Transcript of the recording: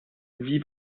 sie